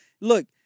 look